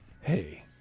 Hey